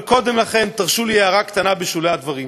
אבל קודם לכן, תרשו לי הערה קטנה בשולי הדברים.